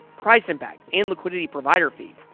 price impact, and liquidity provider fee.